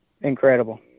Incredible